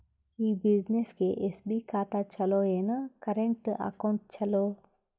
ಈ ಬ್ಯುಸಿನೆಸ್ಗೆ ಎಸ್.ಬಿ ಖಾತ ಚಲೋ ಏನು, ಕರೆಂಟ್ ಅಕೌಂಟ್ ಚಲೋ?